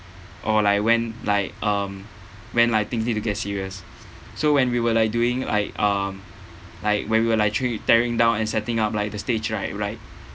or like when like um when like things need to get serious so when we were like doing like um like when we were actually tearing down and setting up like the stage right right